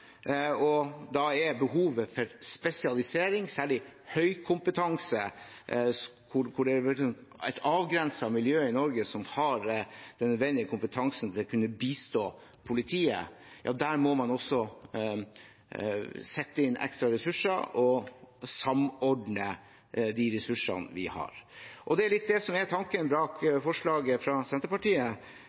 og da er behovet der for spesialisering og særlig høy kompetanse. Det er et avgrenset miljø i Norge som har den nødvendig kompetansen til å kunne bistå politiet, og der må man sette inn ekstra ressurser og samordne de ressursene vi har. Det er litt av det som er tanken bak forslaget fra Senterpartiet.